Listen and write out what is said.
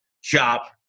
shop